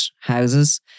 houses